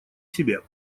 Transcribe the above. себе